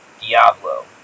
Diablo